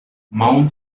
mount